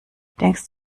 denkst